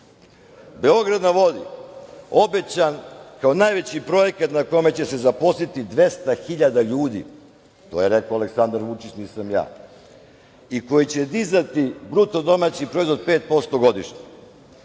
na vodi. Obećan kao najveći projekat na kome će se zaposliti 200.000 ljudi. To je rekao Aleksandar Vučić, nisam ja, i koji će dizati BDP 5% godišnje.